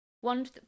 one